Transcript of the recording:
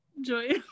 Joy